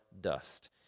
dust